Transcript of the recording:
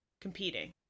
competing